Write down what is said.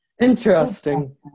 Interesting